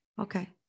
Okay